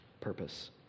purpose